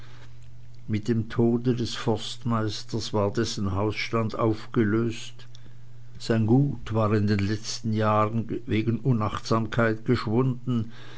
mit dem tode des forstmeisters war dessen hausstand aufgelöst sein gut war in den letzten jahren wegen unachtsamkeit geschwunden